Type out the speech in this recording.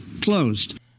closed